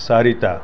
চাৰিটা